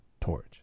Torch